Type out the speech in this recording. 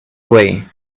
way